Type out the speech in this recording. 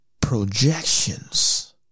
projections